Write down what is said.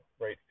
right